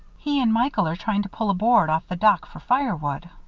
he and michael are trying to pull a board off the dock for firewood.